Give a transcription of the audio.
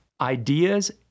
ideas